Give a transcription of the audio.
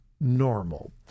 normal